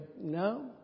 no